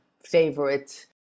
favorite